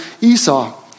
Esau